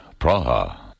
Praha